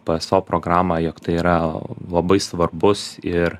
pso programą jog tai yra labai svarbus ir